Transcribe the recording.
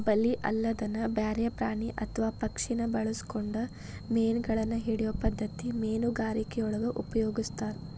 ಬಲಿ ಅಲ್ಲದನ ಬ್ಯಾರೆ ಪ್ರಾಣಿ ಅತ್ವಾ ಪಕ್ಷಿನ ಬಳಸ್ಕೊಂಡು ಮೇನಗಳನ್ನ ಹಿಡಿಯೋ ಪದ್ಧತಿ ಮೇನುಗಾರಿಕೆಯೊಳಗ ಉಪಯೊಗಸ್ತಾರ